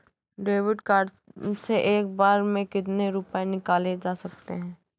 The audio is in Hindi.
डेविड कार्ड से एक बार में कितनी रूपए निकाले जा सकता है?